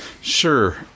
sure